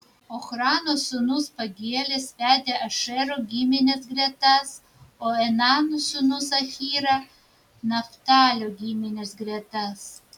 ochrano sūnus pagielis vedė ašero giminės gretas o enano sūnus ahyra naftalio giminės gretas